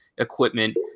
equipment